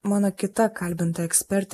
mano kita kalbinta ekspertė